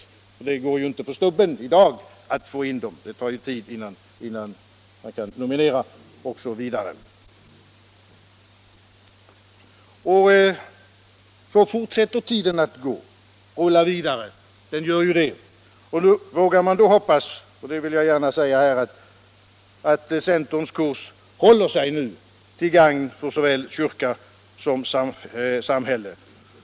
Det går ju inte på stubben att få in dem, utan det tar tid innan man kan nominera ledamöter osv. Så rullar tiden vidare; den gör ju det. Vågar man nu hoppas att centerns kurs håller sig, till gagn för såväl kyrka som samhälle?